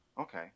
Okay